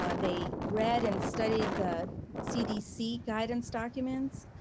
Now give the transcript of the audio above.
um they read and studied the cdc guidance documents,